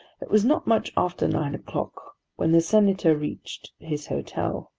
it was not much after nine o'clock when the senator reached his hotel,